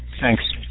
Thanks